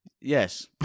Yes